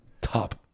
top